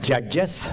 Judges